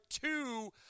two